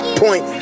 point